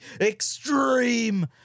extreme